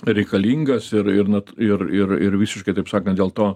reikalingas ir ir na ir ir ir visiškai taip sakant dėl to